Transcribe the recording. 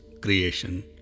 creation